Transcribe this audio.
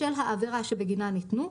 בשל העבירה שבגינה ניתנו,